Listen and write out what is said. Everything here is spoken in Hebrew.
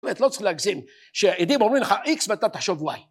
באמת, לא צריך להגזים, שהעדים אומרים לך איקס ואתה תחשוב וואי.